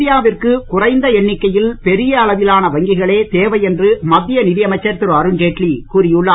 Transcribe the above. இந்தியாவிற்கு குறைந்த எண்ணிக்கையில் பெரிய அளவிலான வங்கிகளே தேவை என்று மத்திய நிதியமைச்சர் திரு அருண் ஜெட்லி கூறி உள்ளார்